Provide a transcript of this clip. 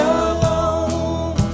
alone